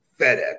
FedEx